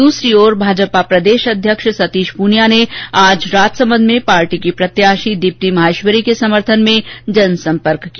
दूसरी ओर भाजपा प्रदेश अध्यक्ष सतीश पूनिया ने आज राजसमंद में पार्टी की प्रत्याशी दीप्ति माहेश्वरी के समर्थन में जनसंपर्क किया